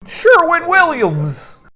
Sherwin-Williams